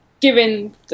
given